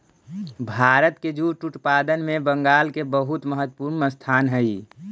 भारत के जूट उत्पादन में बंगाल के बहुत महत्त्वपूर्ण स्थान हई